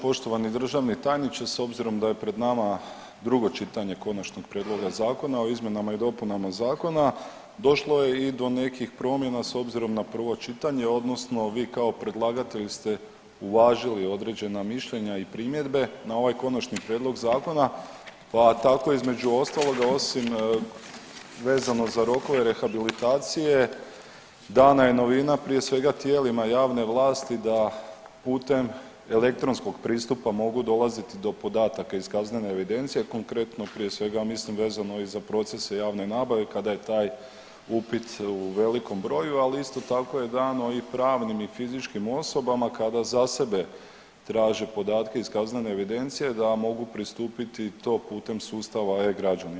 Poštovani državni tajniče s obzirom da je pred nama drugo čitanje konačnog prijedloga Zakona o izmjenama i dopunama zakona došlo je i do nekih promjena s obzirom na prvo čitanje odnosno vi kao predlagatelj ste uvažili odrađena mišljenja i primjedbe na ovaj konačni prijedlog zakona pa tako između ostaloga osim vezano za rokove rehabilitacije dana je novina prije svega tijelima javne vlasti da putem elektronskog pristupa mogu dolaziti do podataka iz kaznene evidencije konkretno prije svega mislim vezano i za procese javne nabave kada je taj upit u velikom broju, ali isto tako je dano i pravnim i fizičkim osobama kada za sebe traže podatke iz kaznene evidencije da mogu pristupiti to putem sustava e-građani.